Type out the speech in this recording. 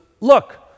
Look